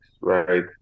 Right